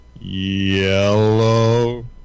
yellow